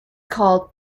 called